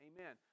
Amen